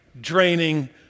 draining